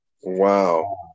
Wow